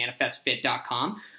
ManifestFit.com